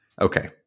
Okay